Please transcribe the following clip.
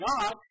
God